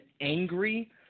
angry